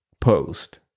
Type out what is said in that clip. post